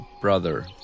brother